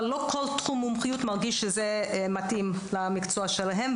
אבל לא כל תחום מומחיות מתאים למקצוע שלהם.